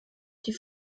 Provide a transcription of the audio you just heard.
die